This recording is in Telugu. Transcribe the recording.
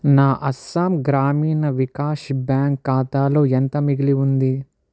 నా అస్సాం గ్రామీణ వికాస్ బ్యాంక్ ఖాతాలో ఎంత మిగిలి ఉంది